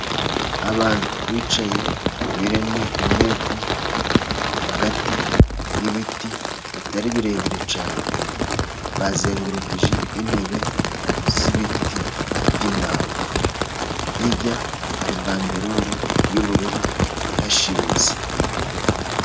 Abantu bicaye, biremye inteko, hagati y'ibiti bitari birebire cyane, bazengurukije intebe z'ibiti by'imbaho, hirya hari banderore y'ubururu ihashinze.